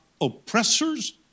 oppressors